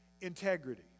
integrity